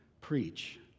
preach